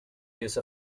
use